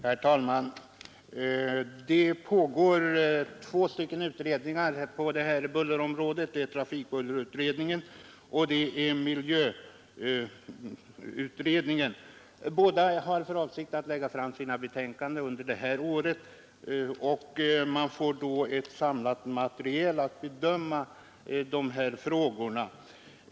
Herr talman! Det pågår två utredningar på bullerområdet — trafikbullerutredningen och arbetsmiljöutredningen. Båda har för avsikt att lägga fram sina betänkanden under innevarande år, och man får då ett samlat material när det gäller att bedöma de frågor motionärerna fört fram.